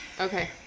Okay